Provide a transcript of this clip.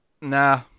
nah